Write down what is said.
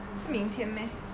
是明天 meh